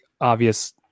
obvious